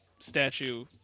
Statue